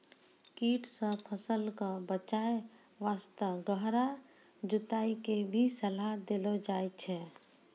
कीट सॅ फसल कॅ बचाय वास्तॅ गहरा जुताई के भी सलाह देलो जाय छै